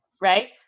Right